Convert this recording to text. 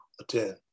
attend